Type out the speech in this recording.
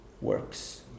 works